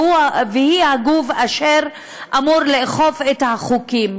והיא הגוף אשר אמור לאכוף את החוקים.